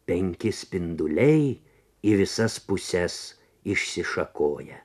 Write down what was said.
penki spinduliai į visas puses išsišakoję